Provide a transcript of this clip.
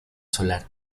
solar